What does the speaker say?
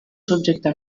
subjecte